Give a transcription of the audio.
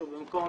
ובמקום